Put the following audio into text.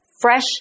fresh